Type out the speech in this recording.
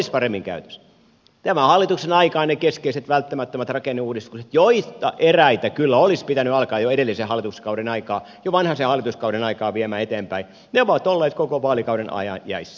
tämän hallituksen aikaan ne keskeiset välttämättömät rakenneuudistukset joista eräitä olisi kyllä pitänyt alkaa jo edellisen hallituskauden aikaan jo vanhasen hallituskauden aikaan viedä eteenpäin ovat olleet koko vaalikauden ajan jäissä